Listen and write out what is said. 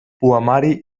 poemari